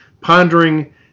pondering